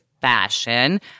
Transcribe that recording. fashion